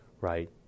right